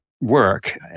work